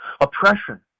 Oppression